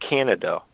Canada